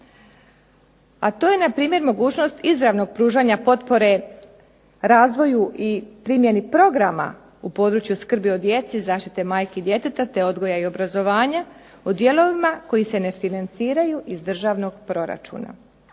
A to je npr. mogućnost izravnog pružanja potpore razvoju i primjeni programa u području skrbi o djeci, zaštiti majke i djeteta, te odgoja i obrazovanja u dijelovima koji se ne financiraju iz državnog proračuna.